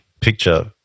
picture